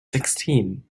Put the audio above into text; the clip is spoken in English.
sixteen